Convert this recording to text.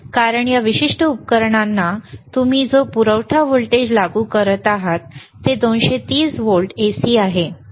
कारण या विशिष्ट उपकरणांना तुम्ही जो पुरवठा व्होल्टेज लागू करत आहात ते 230 व्होल्ट AC आहे